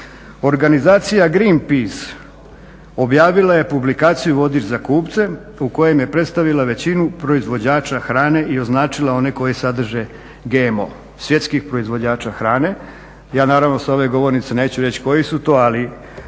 Organizacija Green Peace objavila je publikaciju "Vodič za kupce" u kojem je predstavila većinu proizvođača hrane i označila one koje sadrže GMO, svjetskih proizvođača hrane. Ja naravno s ove govornice neću reći koji su to ali